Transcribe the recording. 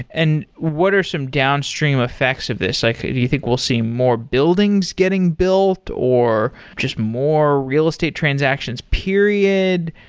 and what are some downstream effects of this? like do you think we'll see more buildings getting built or just more real estate transactions period?